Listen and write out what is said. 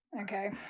Okay